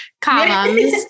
columns